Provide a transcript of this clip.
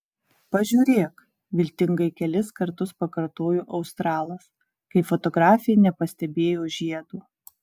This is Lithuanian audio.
pažiūrėk viltingai kelis kartus pakartojo australas kai fotografė nepastebėjo žiedo